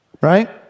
Right